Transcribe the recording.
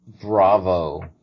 bravo